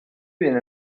bien